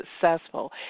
successful